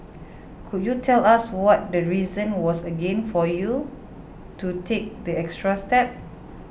could you tell us what the reason was again for you to take the extra step